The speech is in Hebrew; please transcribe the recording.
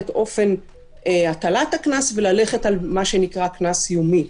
המנגנון של אופן הטלת הקנס וללכת על מה שנקרא "קנס יומי",